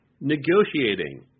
negotiating